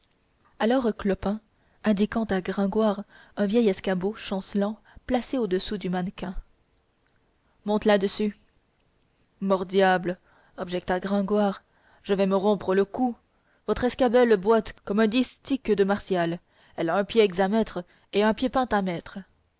alors clopin indiquant à gringoire un vieil escabeau chancelant placé au-dessous du mannequin monte là-dessus mort diable objecta gringoire je vais me rompre le cou votre escabelle boite comme un distique de martial elle a un pied hexamètre et un pied